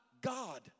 God